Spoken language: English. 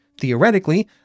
theoretically